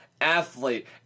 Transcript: athlete